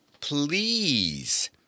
Please